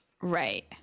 right